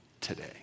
today